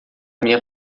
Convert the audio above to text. minha